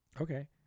Okay